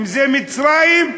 אם ממצרים.